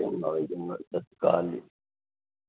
ਚੰਗਾ ਬਾਈ ਚੰਗਾ ਸਤਿ ਸ਼੍ਰੀ ਅਕਾਲ ਜੀ